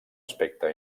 aspecte